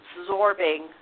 absorbing